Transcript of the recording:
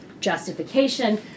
justification